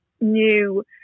new